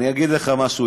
אני אגיד לך משהו,